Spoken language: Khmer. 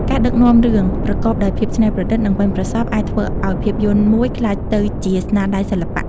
ការដឹកនាំរឿងប្រកបដោយភាពច្នៃប្រឌិត និងប៉ិនប្រសប់អាចធ្វើឲ្យភាពយន្តមួយក្លាយទៅជាស្នាដៃសិល្បៈ។